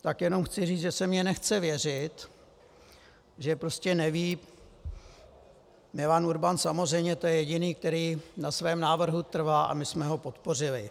Tak jenom chci říct, že se mi nechce věřit, že prostě neví Milan Urban samozřejmě, to je jediný, který na svém návrhu trvá, a my jsme ho podpořili.